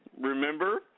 Remember